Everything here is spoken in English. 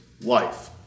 life